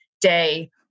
day